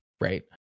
Right